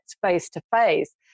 face-to-face